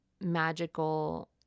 magical